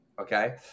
Okay